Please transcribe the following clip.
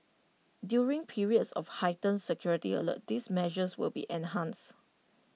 during periods of heightened security alert these measures will be enhanced